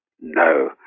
no